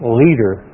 leader